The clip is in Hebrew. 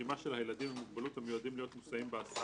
רשימה של הילדים עם מוגבלות המיועדים להיות מוסעים בהסעה,